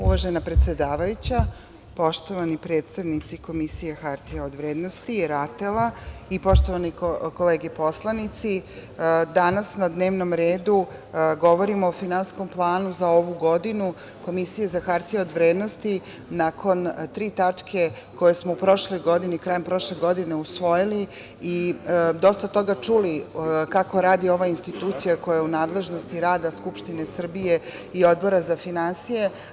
Uvažena predsedavajuća, poštovani predstavnici Komisije hartija od vrednosti, RATEL-a i poštovane kolege poslanici, danas na dnevnom redu govorimo o finansijskom planu za ovu godinu Komisije za hartije od vrednosti, nakon tri tačke koje smo krajem prošle godine usvojili i dosta toga čuli kako radi ova institucija koja je u nadležnosti rada Skupštine Srbije i Odbora za finansije.